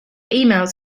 emails